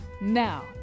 now